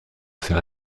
für